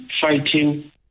fighting